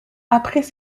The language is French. après